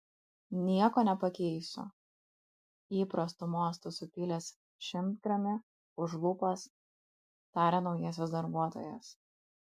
nieko nepakeisiu įprastu mostu supylęs šimtgramį už lūpos tarė naujasis darbuotojas